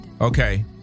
Okay